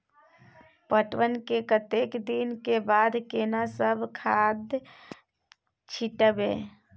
पटवन के कतेक दिन के बाद केना सब खाद छिटबै?